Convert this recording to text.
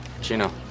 Gino